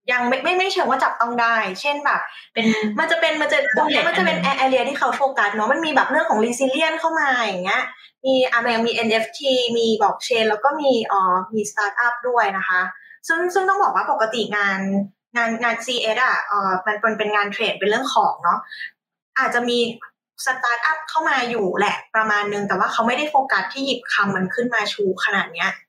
ยังไม่- ไม่- ไม่- ไม่เชิงว่าจับต้องได้ เช่นแบบเป็นมันจะเป็นมันจะ-บอกแหละอันนั้นมันจะเป็น a- area ที่เขาโฟกัสเนอะ มันมีแบบเรื่องของ resilience เข้ามาอย่างเงี้ย มีอ่ะมันยังมี NFT มี blockchain แล้วก็มีเอ่อมี startup ด้วยนะคะ ซึ่ง- ซึ่งต้องบอกว่าปกติงาน- งาน- งาน CS อะเอ่อมันเป็นงานเทรด เป็นเรื่องของเนอะ อาจจะมี startup เข้ามาอยู่แหละประมาณนึง แต่ว่าเขาไม่ได้โฟกัสที่หยิบคำมันขึ้นมาชูขนาดเนี้ย